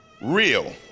real